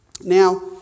Now